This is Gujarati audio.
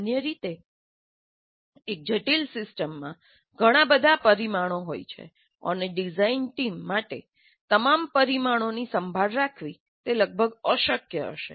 સામાન્ય રીતે એક જટિલ સિસ્ટમમાં ઘણા બધા પરિમાણો હોય છે અને ડિઝાઇન ટીમ માટે તમામ પરિમાણોની સંભાળ રાખવી તે લગભગ અશક્ય હશે